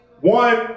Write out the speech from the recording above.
one